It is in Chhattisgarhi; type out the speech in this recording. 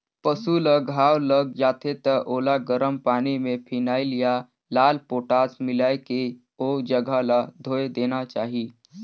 पसु ल घांव लग जाथे त ओला गरम पानी में फिनाइल या लाल पोटास मिलायके ओ जघा ल धोय देना चाही